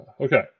okay